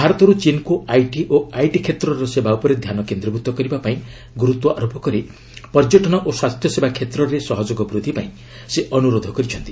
ଭାରତରୁ ଚୀନ୍କୁ ଆଇଟି ଓ ଆଇଟି କ୍ଷେତ୍ରର ସେବା ଉପରେ ଧ୍ୟାନ କେନ୍ଦ୍ରୀଭୂତ କରିବା ପାଇଁ ଗୁରୁତ୍ୱାରୋପ କରି ପର୍ଯ୍ୟଟନ ଓ ସ୍ୱାସ୍ଥ୍ୟସେବା କ୍ଷେତ୍ରରେ ସହଯୋଗ ବୃଦ୍ଧି ପାଇଁ ସେ ଅନୁରୋଧ କରିଚ୍ଛନ୍ତି